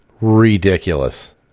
Ridiculous